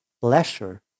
pleasure